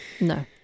no